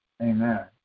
Amen